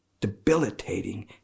debilitating